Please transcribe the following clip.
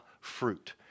fruit